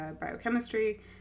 biochemistry